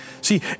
See